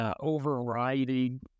overriding